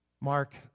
mark